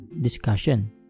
discussion